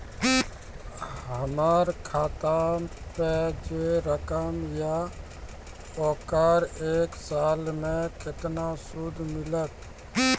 हमर खाता पे जे रकम या ओकर एक साल मे केतना सूद मिलत?